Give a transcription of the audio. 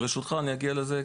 ברשותך, אגיע לזה.